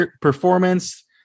performance